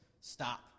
stop